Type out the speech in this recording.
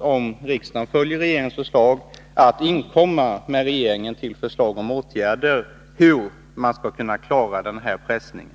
om riksdagen följer propositionen, att inkomma till regeringen med förslag om vilka åtgärder som behöver vidtas för att man skall kunna klara den här nedpressningen.